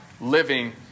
living